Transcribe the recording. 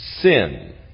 sin